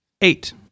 Eight